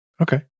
okay